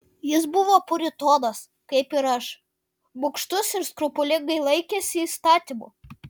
jis buvo puritonas kaip ir aš bugštus ir skrupulingai laikėsi įstatymų